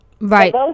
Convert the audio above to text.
Right